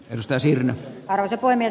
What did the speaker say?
mistä sinä sen poimii